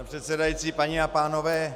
Pane předsedající, paní a pánové.